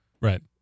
Right